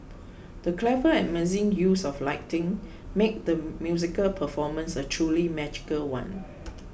the clever and amazing use of lighting made the musical performance a truly magical one